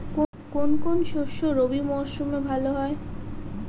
কোন কোন শস্য রবি মরশুমে ভালো হয়?